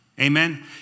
Amen